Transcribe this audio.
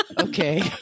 Okay